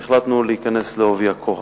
והחלטנו להיכנס בעובי הקורה.